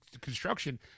construction